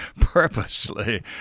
purposely